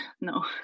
no